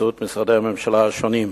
באמצעות משרדי הממשלה השונים,